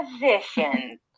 positions